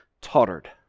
tottered